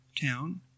town